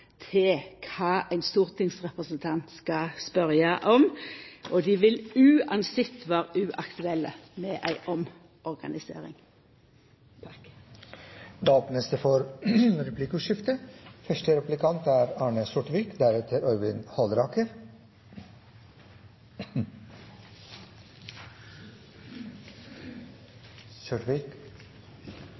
til kva ein stortingsrepresentant skal spørja om. Dei vil uansett vera uaktuelle ved ei omorganisering. Det blir replikkordskifte.